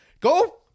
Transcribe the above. Go